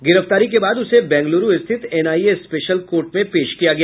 गिरफ्तारी के बाद उसे बेंगलुरू स्थित एनआईए स्पेशल कोर्ट में पेश किया गया